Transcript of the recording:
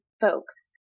folks